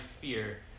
fear